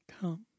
Come